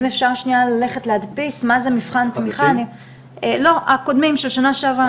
אם אפשר ללכת להדפיס את הקודמים, של שנה שעברה.